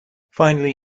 finally